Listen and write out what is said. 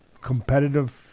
competitive